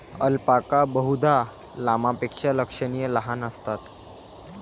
alpaca बहुधा लामापेक्षा लक्षणीय लहान असतात